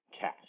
cash